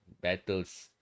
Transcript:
battles